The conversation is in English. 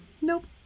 Nope